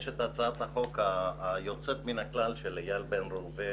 יש את הצעת החוק היוצאת מן הכלל של אייל בן ראובן